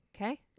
Okay